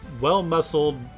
well-muscled